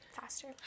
faster